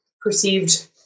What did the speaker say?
perceived